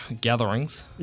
gatherings